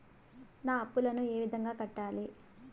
నా అప్పులను ఏ విధంగా కట్టాలి?